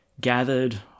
gathered